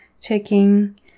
checking